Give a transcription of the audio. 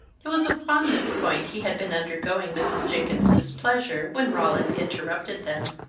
it was upon this point he had been undergoing mrs. jenkins's displeasure when roland interrupted them.